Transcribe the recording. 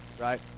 right